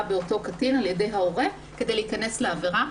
באותו קטין על ידי ההורה כדי להיכנס לעבירה.